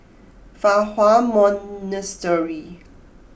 Fa Hua Monastery